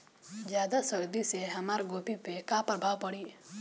ज्यादा सर्दी से हमार गोभी पे का प्रभाव पड़ी?